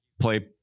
play